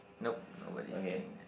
nope nobody is playing there